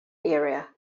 area